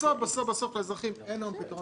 בסוף בסוף לאזרחים אין היום פתרון